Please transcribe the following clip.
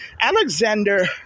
Alexander